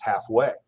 halfway